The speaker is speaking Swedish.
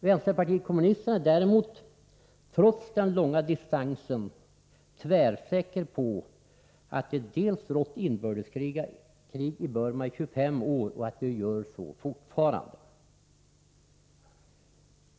Vänsterpartiet kommunisterna är däremot, trots den långa distansen, tvärsäkert på att det rått inbördeskrig i Burma i 25 år och att det gör så fortfarande.